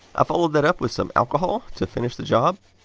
i followed that up with some alcohol to finish the job.